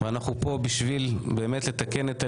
אנחנו פה בשביל לתקן את הליקויים,